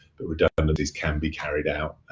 but redundancies can be carried out,